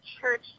church